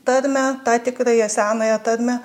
tarmę tą tikrąją senąją tarmę